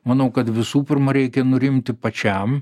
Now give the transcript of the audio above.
manau kad visų pirma reikia nurimti pačiam